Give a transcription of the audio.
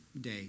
day